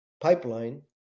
pipeline